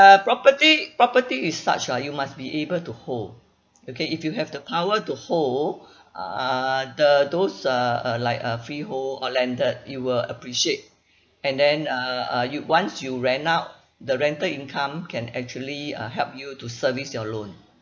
property property is such a you must be able to hold okay if you have the power to hold uh the those uh uh like a freehold or landed it will appreciate and then uh uh you once you rent out the rental income can actually uh help you to service your loan